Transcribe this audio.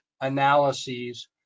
analyses